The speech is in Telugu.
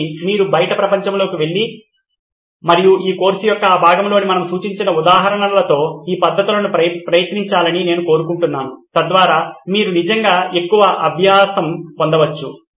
కాబట్టి మీరు బయట ప్రపంచము లోకి వెళ్లాలని మరియు ఈ కోర్సు యొక్క ఈ భాగంలో మనము సూచించిన ఉదాహరణలతో ఈ పద్ధతులను ప్రయత్నించాలని నేను కోరుకుంటున్నాను తద్వారా మీరు నిజంగా ఎక్కువ అభ్యాసం పొందవచ్చు